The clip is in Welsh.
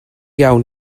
iawn